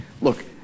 look